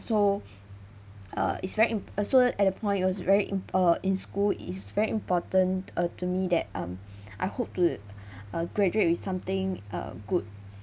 so uh it's very im~ uh so at the point was very im~ uh in school is very important uh to me that um I hope to uh graduate with something uh good